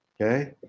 Okay